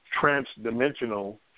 trans-dimensional